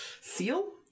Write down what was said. seal